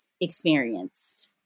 experienced